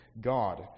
God